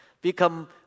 become